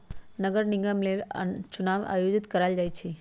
नगर निगम लेल चुनाओ आयोजित करायल जाइ छइ